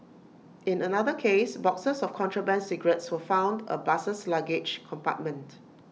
in another case boxes of contraband cigarettes were found A bus's luggage compartment